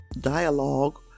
dialogue